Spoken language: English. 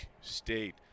State